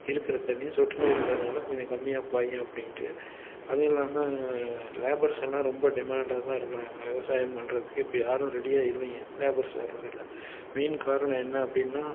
இருக்கிற தண்ணி சொட்டு நீருங்கிறதுனால கொஞ்சம் கம்மியாக பாயும் அப்படின்ட்டு அதுவும் இல்லாமல் லேபர்ஸ்னா ரொம்ப டிமாண்டா தான் இருக்கிறாங்க விவசாயம் பண்ணுறதுக்கே இப்போ யாரும் ரெடியாக இல்லைங்க லேபர்ஸ் வர்றதில்லை மெயின் காரணம் என்ன அப்படின்னா